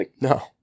No